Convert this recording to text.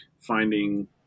finding